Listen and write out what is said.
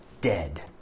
dead